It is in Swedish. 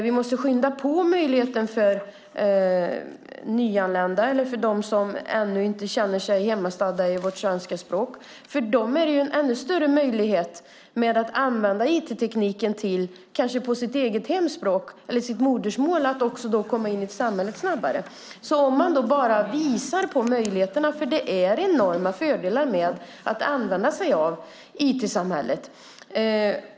Vi måste skynda på möjligheten för nyanlända och för dem som ännu inte känner sig hemmastadda i vårt svenska språk. För dem är det ju en ännu större möjlighet att använda informationstekniken, kanske på sitt eget hemspråk eller sitt modersmål, till att komma in i samhället snabbare. Det gäller att visa på möjligheterna, för det är enorma fördelar med att använda sig av IT-samhället.